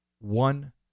one